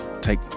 take